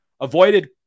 Avoided